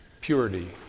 purity